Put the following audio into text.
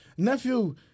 Nephew